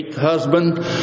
husband